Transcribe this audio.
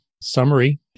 summary